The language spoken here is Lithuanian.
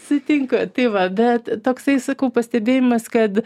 atsitinka tai va bet toksai sakau pastebėjimas kad